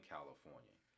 California